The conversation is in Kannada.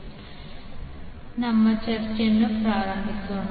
ವಿಷಯದ ಬಗ್ಗೆ ನಮ್ಮ ಚರ್ಚೆಯನ್ನು ಪ್ರಾರಂಭಿಸೋಣ